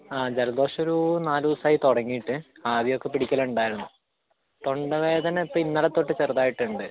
ആ ജലദോഷം ഒരു നാല് ദിവസം ആയി തുടങ്ങീട്ട് ആവി ഒക്കെ പിടിക്കൽ ഉണ്ടായിരുന്നു തൊണ്ടവേദന ഇപ്പം ഇന്നലെ തൊട്ട് ചെറുതായിട്ട് ഉണ്ട്